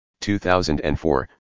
2004